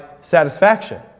satisfaction